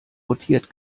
rotiert